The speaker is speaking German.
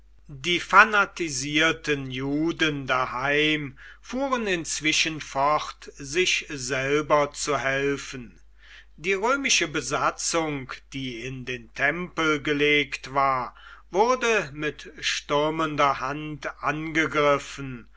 die fanatisierten juden daheim fuhren inzwischen fort sich selber zu helfen die römische besatzung die in den tempel gelegt war wurde mit stürmender hand angegriffen